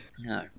No